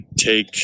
take